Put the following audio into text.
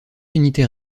unités